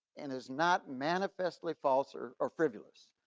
and is not manifestly false or or frivolous.